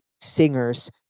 singers